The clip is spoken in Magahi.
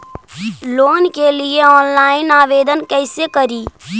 लोन के लिये ऑनलाइन आवेदन कैसे करि?